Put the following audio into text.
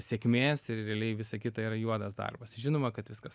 sėkmės ir realiai visa kita yra juodas darbas žinoma kad viskas